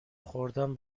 خوردن